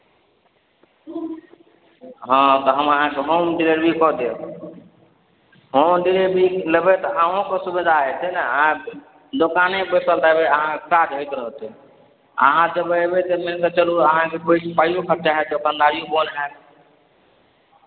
हँ तऽ हम अहाँकेँ होम डिलीवरी कऽ देब होम डिलीवरी लेबै तऽ अहूँकेँ सुविधा हेतै ने अहाँ दोकाने बैसल रहबै अहाँके काज होइत रहतै अहाँ जब अयबै तऽ मानि कऽ चलू अहाँके पैसा पाइयो खर्चा हैत दोकानदारियो बध हैत